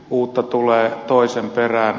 uutta tulee toisen perään